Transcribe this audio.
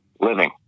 living